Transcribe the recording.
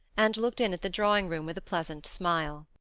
and looked in at the drawing-room, with pleasant smile.